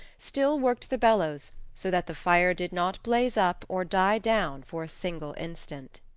still worked the bellows so that the fire did not blaze up or die down for a single instant.